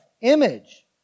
image